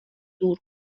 دور